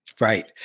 Right